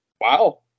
Wow